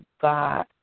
God